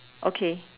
okay